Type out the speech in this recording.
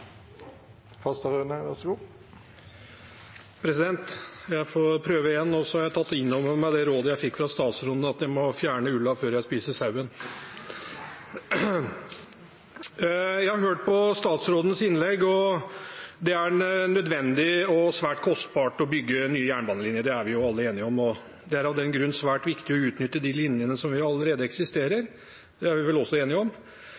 Jeg får prøve igjen – og så har jeg tatt innover meg det rådet jeg fikk fra statsråden: at jeg må fjerne ulla før jeg spiser sauen! Jeg har hørt på statsrådens innlegg. Det er nødvendig – og svært kostbart – å bygge nye jernbanelinjer, det er vi alle enige om. Det er av den grunn svært viktig å utnytte de linjene som allerede eksisterer, det er vi vel også enige om.